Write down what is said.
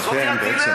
אבל אתם בעצם,